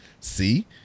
See